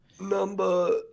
Number